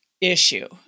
issue